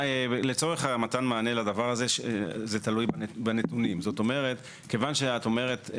שאת מבינה שיש צורך להבחין בין עסק של חנות בגדים או חנות